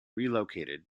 relocated